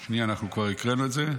שנייה, אנחנו כבר הקראנו את זה.